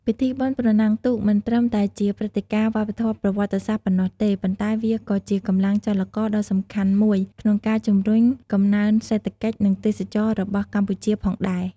ពិធីបុណ្យប្រណាំងទូកមិនត្រឹមតែជាព្រឹត្តិការណ៍វប្បធម៌ប្រវត្តិសាស្ត្រប៉ុណ្ណោះទេ ប៉ុន្តែវាក៏ជាកម្លាំងចលករដ៏សំខាន់មួយក្នុងការជំរុញកំណើនសេដ្ឋកិច្ច និងទេសចរណ៍របស់កម្ពុជាផងដែរ។